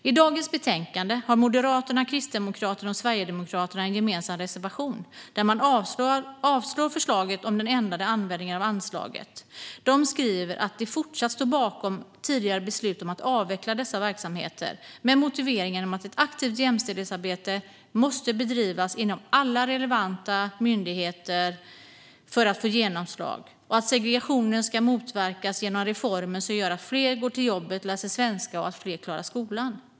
I dagens betänkande har Moderaterna, Kristdemokraterna och Sverigedemokraterna en gemensam reservation där man avstyrker förslaget om den ändrade användningen av anslaget. De skriver att de fortsatt står bakom tidigare beslut om att avveckla dessa verksamheter med motiveringen att ett aktivt jämställdhetsarbete måste bedrivas inom alla relevanta myndigheter för att få genomslag och att segregationen ska motverkas genom reformer som gör att fler går till jobbet, att fler lär sig svenska och att fler klarar skolan.